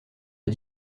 est